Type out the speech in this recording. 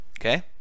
Okay